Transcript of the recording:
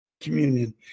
communion